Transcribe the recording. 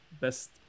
best